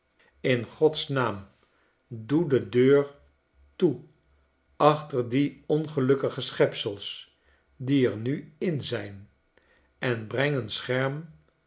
in gods naam doe de deur toe achter die ongelukkige schepsels die er nu in zijn en breng